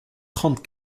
trente